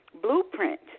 blueprint